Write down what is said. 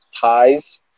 ties